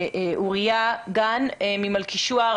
לאוריה גן, מנכ"ל מלכישוע.